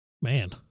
Man